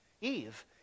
Eve